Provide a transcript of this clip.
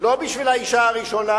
לא בשביל האשה הראשונה